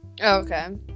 Okay